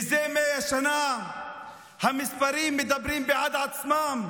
זה 100 שנה המספרים מדברים בעד עצמם,